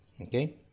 okay